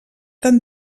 tant